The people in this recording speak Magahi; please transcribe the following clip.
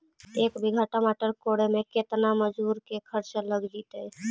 एक बिघा टमाटर कोड़े मे केतना मजुर के खर्चा लग जितै?